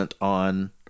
on